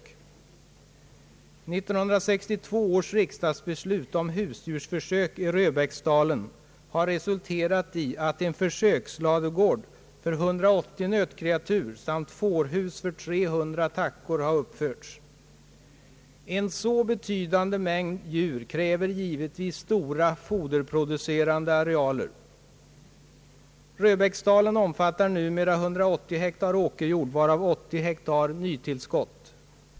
1962 års riksdagsbeslut om husdjursförsök i Röbäcksdalen har resulterat i att en försöksladugård för 180 nötkreatur samt ett fårhus för 300 tackor har uppförts. En så betydande mängd djur kräver naturligtvis stora foderproducerande arealer. Röbäcksdalen omfattar numera 180 hektar åkerjord, varav 80 hektar nytillskott.